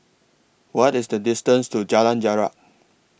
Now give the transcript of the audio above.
What IS The distance to Jalan Jarak